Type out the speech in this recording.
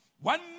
One